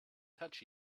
touch